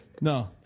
No